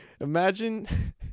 imagine